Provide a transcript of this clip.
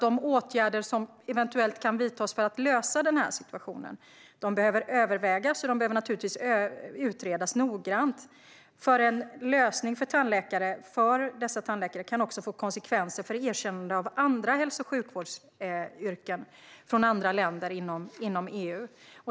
De åtgärder som eventuellt kan vidtas för att lösa situationen behöver övervägas och utredas noggrant, för en lösning för dessa tandläkare kan också få konsekvenser för erkännande av andra hälso och sjukvårdsyrken från andra länder inom EU.